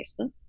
facebook